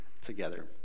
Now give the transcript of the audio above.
together